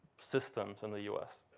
systems in the us.